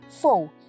Four